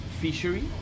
fishery